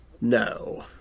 No